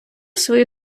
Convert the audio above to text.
свою